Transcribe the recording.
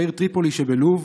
בעיר טריפולי שבלוב,